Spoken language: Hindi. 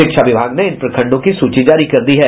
शिक्षा विभाग ने इन प्रखण्डों की सूची जारी कर दी है